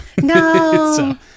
No